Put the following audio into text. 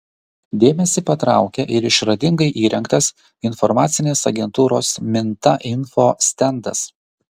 dėmesį patraukia ir išradingai įrengtas informacinės agentūros minta info stendas